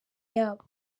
yabo